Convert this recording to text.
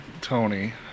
Tony